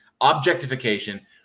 objectification